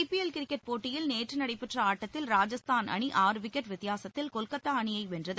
IPL cricket போட்டியில் நேற்று நடைபெற்ற ஆட்டத்தில் ராஜஸ்தான் அணி ஆறு விக்கெட் வித்தியாசத்தில் கொல்கத்தா அணியை வென்றது